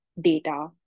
data